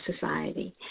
society